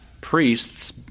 Priests